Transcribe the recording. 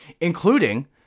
including